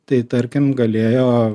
tai tarkim galėjo